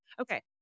Okay